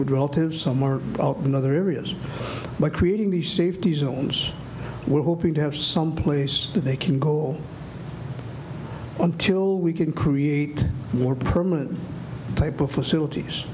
relatives some are in other areas but creating the safety zones we're hoping to have some place that they can go until we can create more permanent type of facilities